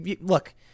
Look